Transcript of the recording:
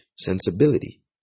sensibility